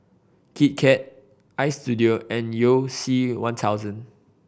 Kit Kat Istudio and You C One thousand